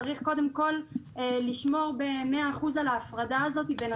צריך לשמור במאה אחוז על ההפרדה הזאת בין